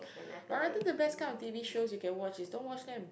or rather the best kind of T_V shows you can watch is don't watch them